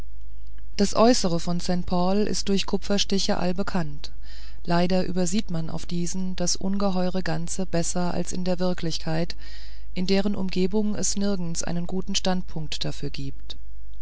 das äußere von st paul ist durch kupferstiche allbekannt leider übersieht man auf diesen das ungeheure ganze besser als in der wirklichkeit in deren umgebungen es nirgends einen guten standpunkt dafür gibt